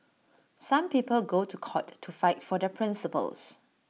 some people go to court to fight for their principles